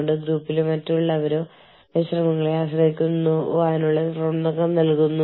എച്ച്ആർഎമ്മിന്റെ നിരവധി പ്രവർത്തനങ്ങളെക്കുറിച്ചുള്ള വിശാലമായ അറിവ് വികസിപ്പിക്കുന്നു അവയിൽ മികവ് പുലർത്തുന്നു